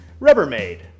Rubbermaid